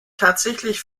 tatsächlich